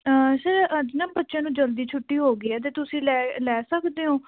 sir ਅੱਜ ਨਾ ਬੱਚਿਆਂ ਨੂੰ ਜਲਦੀ ਛੁੱਟੀ ਹੋ ਗਈ ਹੈ ਅਤੇ ਤੁਸੀਂ ਲੈ ਲੈ ਸਕਦੇ ਹੋ